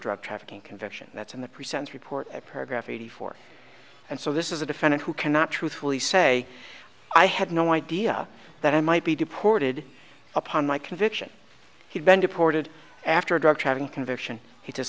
drug trafficking conviction that's in the present report at paragraph eighty four and so this is a defendant who cannot truthfully say i had no idea that i might be deported upon my conviction he'd been deported after a drug trafficking conviction he